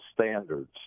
standards